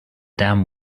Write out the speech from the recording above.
dam